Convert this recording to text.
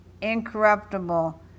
incorruptible